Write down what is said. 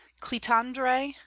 clitandre